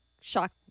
shock